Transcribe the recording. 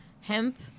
hemp